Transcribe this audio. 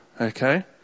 Okay